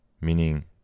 meaning